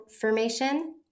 formation